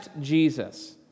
Jesus